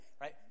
right